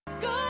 Good